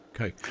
Okay